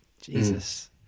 Jesus